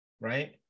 right